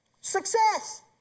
Success